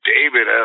David